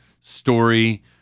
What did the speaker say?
story